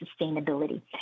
sustainability